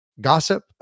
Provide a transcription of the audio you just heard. gossip